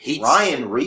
Ryan